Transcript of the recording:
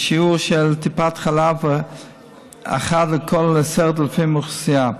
בשיעור של טיפת חלב אחת לכל 10,000 באוכלוסייה.